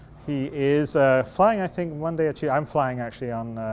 he is flying i think one day or two. i'm flying actually on,